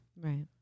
Right